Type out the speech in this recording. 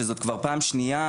שזאת כבר פעם שנייה,